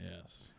Yes